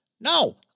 No